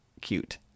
cute